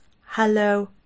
hello